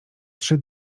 trzy